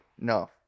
no